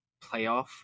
playoff